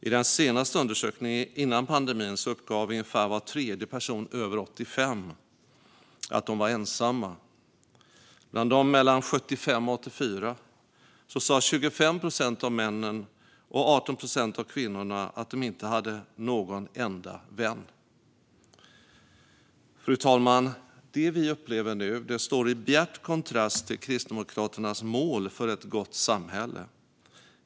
I den senaste undersökningen, före pandemin, uppgav ungefär var tredje person över 85 att den var ensam. Bland dem mellan 75 och 84 sa 25 procent av männen och 18 procent av kvinnorna att de inte hade någon enda vän. Fru talman! Det vi upplever nu står i bjärt kontrast till Kristdemokraternas mål för ett gott samhälle.